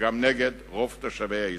וגם נגד רוב תושבי האזור.